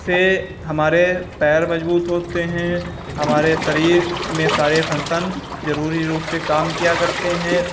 से हमारे पैर मज़बूत होते हैं हमारे शरीर में सारे फ़ंक्शन ज़रूरी रूप से काम किया करते हैं